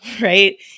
Right